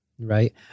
right